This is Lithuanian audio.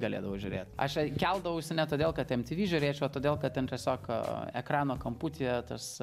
galėdavau žiūrėt aš keldavausi ne todėl kad em ti vi žiūrėčiau o todėl kad ten tiesiog ekrano kamputyje tas